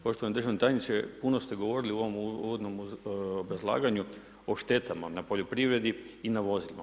Poštovani državni tajniče, puno ste govorili u ovom uvodnom obrazlaganju o štetama na poljoprivredi i na vozilu.